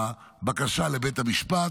הבקשה לבית המשפט,